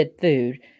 food